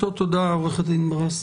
שמואלי, בבקשה.